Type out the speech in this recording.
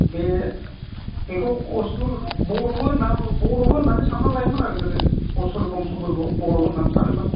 बे बेखौ असुर बर'बो होनना बुङो बर'बो होननानै सानना लायोमोन आरो गोदो असुर बंस'फोरखौ बर' होनना सानोमोन